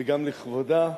וגם לכבודה,